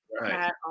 Right